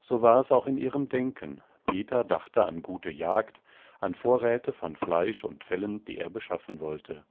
so war es auch in ihrem denken peter dachte an gute jagd an vorräte von fleisch und fellen die er beschaffen wollte